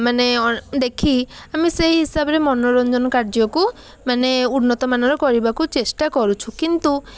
ମାନେ ଦେଖି ଆମେ ସେହି ହିସାବରେ ମନୋରଞ୍ଜନ କାର୍ଯ୍ୟକୁ ମାନେ ଉନ୍ନତମାନର କରିବାକୁ ଚେଷ୍ଟା କରୁଛୁ କିନ୍ତୁ